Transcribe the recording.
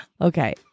Okay